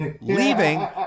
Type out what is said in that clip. Leaving